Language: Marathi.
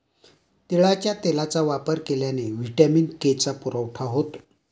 तिळाच्या तेलाचा वापर केल्याने व्हिटॅमिन के चा पुरवठा होतो